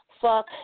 fuck